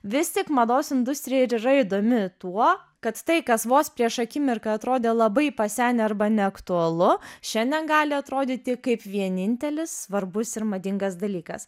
vis tik mados industrija ir yra įdomi tuo kad tai kas vos prieš akimirką atrodė labai pasenę arba neaktualu šiandien gali atrodyti kaip vienintelis svarbus ir madingas dalykas